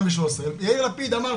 יאיר לפיד אמר,